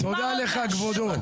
תודה לך, כבודו.